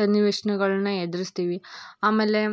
ಸನ್ನಿವೇಶಗಳ್ನ ಎದ್ರುಸ್ತೀವಿ ಆಮೇಲೆ